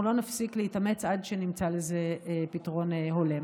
אנחנו לא נפסיק להתאמץ עד שנמצא לזה פתרון הולם.